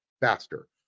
faster